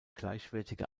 gleichwertige